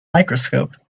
microscope